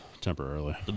Temporarily